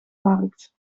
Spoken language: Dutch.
markt